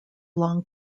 long